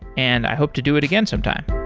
and i hope to do it again some time